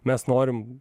mes norim